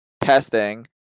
testing